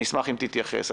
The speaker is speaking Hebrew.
אני אשמח אם תתייחס.